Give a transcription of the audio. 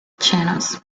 channels